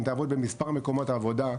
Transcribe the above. אם היא תעבוד במספר מקומות עבודה,